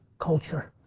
culture.